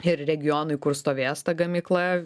ir regionui kur stovės ta gamykla